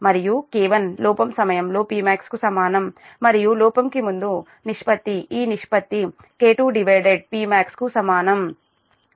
మరియు K1 లోపం సమయంలో Pmax కు సమానం మరియు లోపం కు ముందు ఈ నిష్పత్తి K2 డివైడెడ్ Pmax కు సమానం